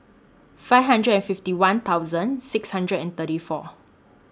five hundred and fifty one thousand six hundred and thirty four